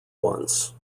once